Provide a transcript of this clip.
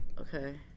Okay